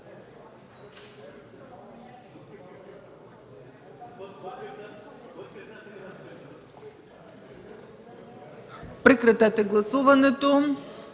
Прекратете гласуването,